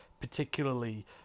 particularly